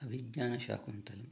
Abhijnanashakuntalam